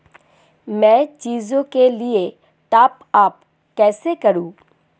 मैं जिओ के लिए टॉप अप कैसे करूँ?